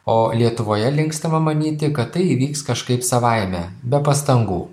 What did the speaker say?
o lietuvoje linkstama manyti kad tai įvyks kažkaip savaime be pastangų